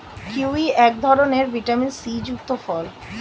kiwi এক ধরনের vitamin C যুক্ত ফল